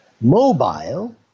Mobile